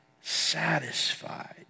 satisfied